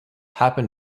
happen